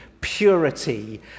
purity